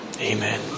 Amen